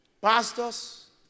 Pastors